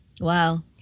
Wow